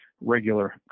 regular